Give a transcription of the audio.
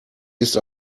ist